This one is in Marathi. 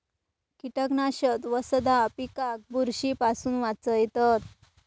कीटकनाशक वशधा पिकाक बुरशी पासून वाचयतत